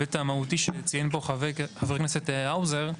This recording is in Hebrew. להיבט המהותי שציין חבר הכנסת האוזר,